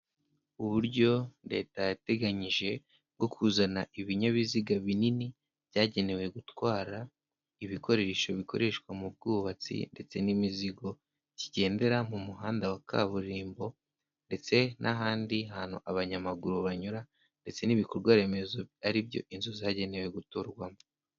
Uburyo leta yateganyije bwo kuzana ibinyabiziga binini byagenewe gutwara ibikoresho bikoreshwa mu bwubatsi ndetse n'imizigo, kigendera mu muhanda wa kaburimbo ndetse n'ahandi hantu abanyamaguru banyura, ndetse n'ibikorwa remezo ari byo inzu zagenewe guturwamo.